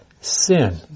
sin